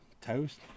toast